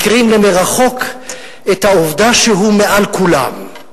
הקרין למרחוק את העובדה שהוא מעל לכולם,